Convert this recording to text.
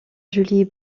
julie